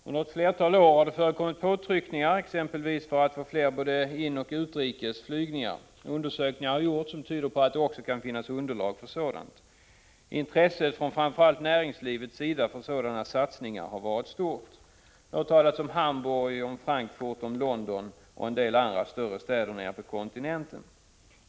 Under ett flertal år har det förekommit påtryckningar exempelvis för att få flera flygningar på både inrikeslinjeroch utrikeslinjer. Undersökningar har gjorts som tyder på att det kan finnas underlag för ett ökat antal flygningar. Intresset från framför allt näringslivet för sådana satsningar har varit stort. Det har talats om Hamburg, Frankfurt, London och en del andra större städer på kontinenten.